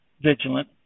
vigilant